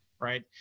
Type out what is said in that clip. Right